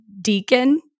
deacon